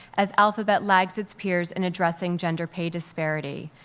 as alphabet lags its peers in addressing gender pay disparity.